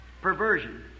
Perversion